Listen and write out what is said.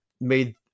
made